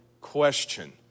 question